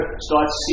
starts